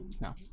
No